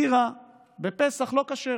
בירה בפסח זה לא כשר.